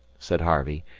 said harvey,